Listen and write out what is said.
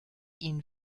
ihn